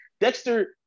Dexter